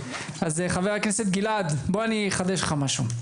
אז חבר הכנסת גלעד בוא אני אחדש לך משהו,